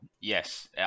Yes